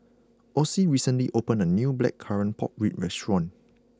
Ocie recently opened a new Blackcurrant Pork Ribs restaurant